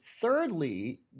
Thirdly